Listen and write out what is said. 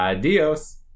Adios